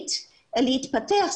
העירונית להתפתח.